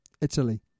Italy